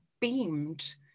beamed